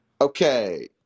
Okay